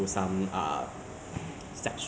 没有 ah 我只是